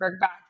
back